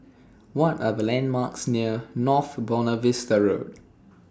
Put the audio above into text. What Are The landmarks near North Buona Vista Road